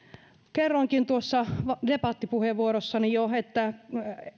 kerroinkin tuossa debattipuheenvuorossani jo että